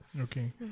Okay